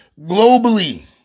globally